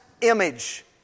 image